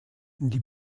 die